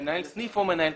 מנהל סניף או מנהל כספים,